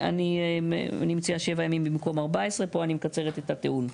אני מציעה שבעה ימים במקום 14. פה אני מקצרת את הטיעון.